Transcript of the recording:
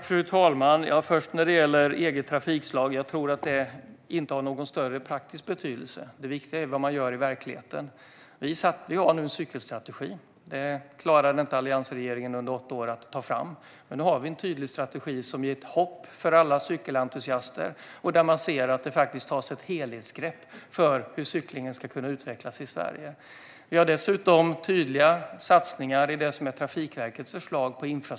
Fru talman! När det till att börja med gäller eget trafikslag tror jag inte att det har någon större praktisk betydelse; det viktiga är vad man gör i verkligheten. Vi har nu en cykelstrategi. Det klarade inte alliansregeringen att ta fram under åtta år. Men nu har vi en tydlig strategi som ger hopp för alla cykelentusiaster och där det faktiskt tas ett helhetsgrepp om hur cyklingen ska kunna utvecklas i Sverige. Vi har dessutom tydliga satsningar på infrastruktur i Trafikverkets förslag.